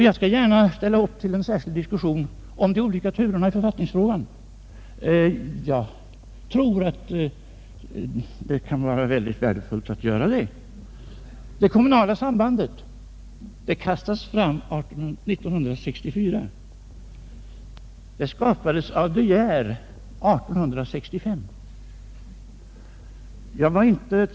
Jag skall gärna ställa upp till en särskild diskussion om de olika turerna i författningsfrågan, det kunde enligt min mening vara mycket värdefullt. Det kommunala sambandet ”kastades fram 1964”. Det skapades av Dec Geer 1865!